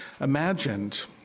imagined